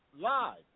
live